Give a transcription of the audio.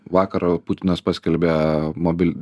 vakar putinas paskelbė mobil